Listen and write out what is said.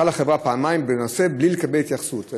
החברה, פעמיים, בנושא, בלי לקבל התייחסות.